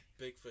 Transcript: Bigfoot